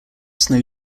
snow